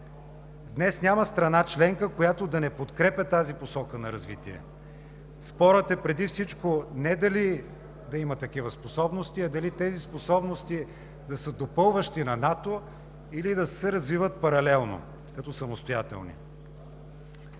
Днес няма страна членка, която да не подкрепя тази посока на развитие. Спорът е преди всичко – не дали да има такива способности, а дали тези способности да са допълващи на НАТО, или да се развиват паралелно като самостоятелни.